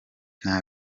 nta